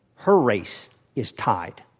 her race is tied.